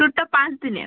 ট্যুরটা পাঁচ দিনের